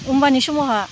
होनबानि समावहा